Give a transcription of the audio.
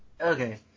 Okay